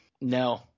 No